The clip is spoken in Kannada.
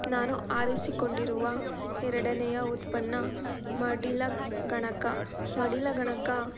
ನಾನು ಆರಿಸಿಕೊಂಡಿರುವ ಎರಡನೇಯ ಉತ್ಪನ್ನ ಮಡಿಲ ಗಣಕ ಮಡಿಲ ಗಣಕ